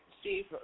Steve